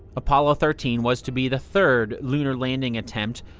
apollo thirteen was to be the third lunar landing attempt,